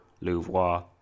Louvois